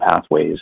pathways